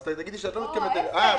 אז תגידי שאת לא מתכוונת לזה.